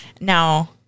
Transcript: now